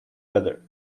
better